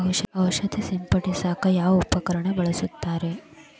ಔಷಧಿ ಸಿಂಪಡಿಸಕ ಯಾವ ಉಪಕರಣ ಬಳಸುತ್ತಾರಿ?